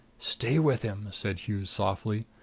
stay with him, said hughes softly.